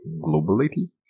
globality